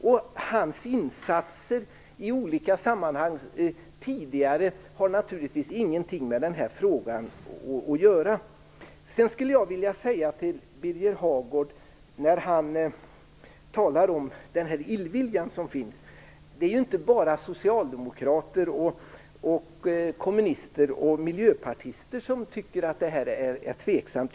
Ulf Dinkelspiels insatser i olika sammanhang tidigare har naturligtvis ingenting med den här frågan att göra. Birger Hagård talar om den illvilja som finns. Jag vill då säga till Birger Hagård att det inte bara är socialdemokrater, kommunister och miljöpartister som tycker att detta tveksamt.